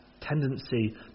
tendency